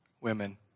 women